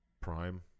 Prime